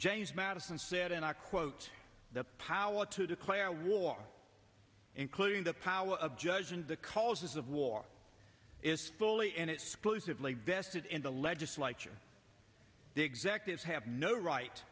james madison said and i quote the power to declare war including the power of judge and the causes of war is fully and it's supposedly vested in the legislature the executives have no right